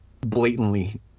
blatantly